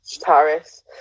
paris